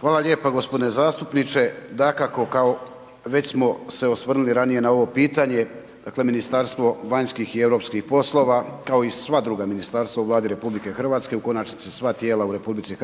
Hvala lijepa g. zastupniče. Dakako, kao već smo se osvrnuli ranije na ovo pitanje, dakle Ministarstvo vanjskih i europskih poslova kao i sva druga ministarstva u Vladi u RH, u konačnici sva tijela u RH,